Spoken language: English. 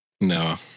No